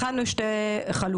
בחנו שתי חלופות,